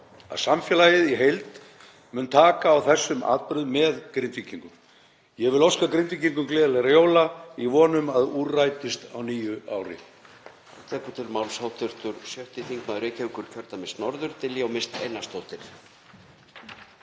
að samfélagið í heild mun taka á þessum atburðum með Grindvíkingum. Ég vil óska Grindvíkingum gleðilegra jóla í von um að úr rætist á nýju ári.